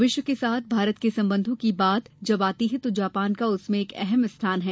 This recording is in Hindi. विश्व के साथ भारत के संबंधों की बात जब आती है तो जापान का उसमें एक अहम स्थान है